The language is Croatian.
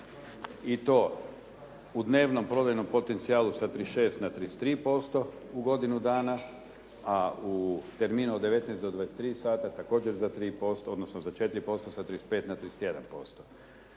i to u dnevnom prodajnom potencijalu sa 36 na 33% u godinu dana a u terminu od 19 do 23 sata također za 3% odnosno za 4% sa 35 na 31%.